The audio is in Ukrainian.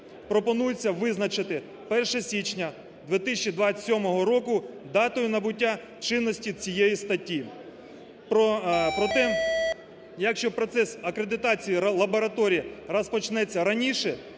пропонується визначити 1 січня 2027 року датою набуття чинності цієї статті. Проте, якщо процес акредитації лабораторії розпочнеться раніше,